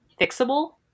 fixable